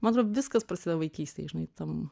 man atro viskas prasideda vaikystėj žinai tam